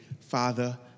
Father